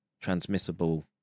transmissible